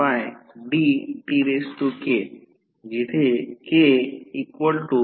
R R e RL RLच्या प्राथमिक बाजूने येथे मी लिहित आहे